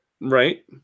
Right